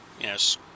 Yes